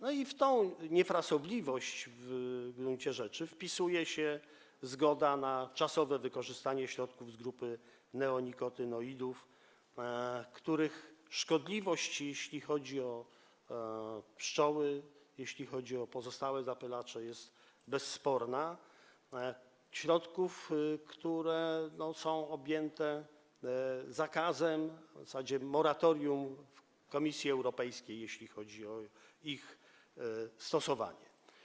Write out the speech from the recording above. No i w tę niefrasobliwość w gruncie rzeczy wpisuje się zgoda na czasowe wykorzystywanie środków z grupy neonikotynoidów, których szkodliwość, jeśli chodzi o pszczoły, jeśli chodzi o pozostałe zapylacze, jest bezsporna, środków, które są objęte zakazem, w zasadzie moratorium, Komisji Europejskiej, jeśli chodzi o ich stosowanie.